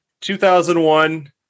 2001